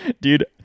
dude